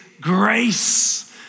Grace